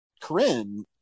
corinne